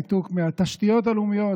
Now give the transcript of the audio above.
ניתוק מהתשתיות הלאומיות,